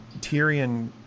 Tyrion